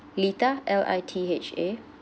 litha L I T H A